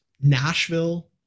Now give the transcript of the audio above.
Nashville